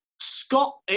Scott